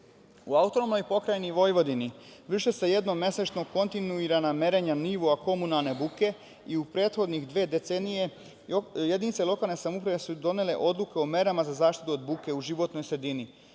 i mapa buke.U AP Vojvodini vrše se jednom mesečno kontinuirana merenja nivoa komunalne buke i u prethodne dve decenije jedinice lokalne samouprave su doneli odluku o merama za zaštitu od buke u životnoj sredini.